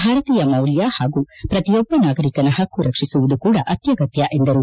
ಭಾರತೀಯ ಮೌಲ್ಯ ಹಾಗೂ ಪ್ರತಿಯೊಬ್ಬ ನಾಗರಿಕನ ಪಕ್ಕು ರಕ್ಷಿಸುವುದು ಕೂಡ ಅತ್ಯಗತ್ತ ಎಂದರು